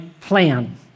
plan